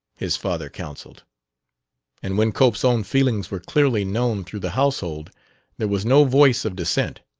his father counselled and when cope's own feelings were clearly known through the household there was no voice of dissent.